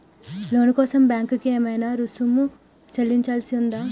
లోను కోసం బ్యాంక్ కి ఏమైనా రుసుము చెల్లించాల్సి ఉందా?